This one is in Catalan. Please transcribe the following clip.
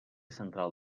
central